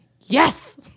Yes